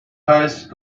heisst